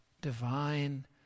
divine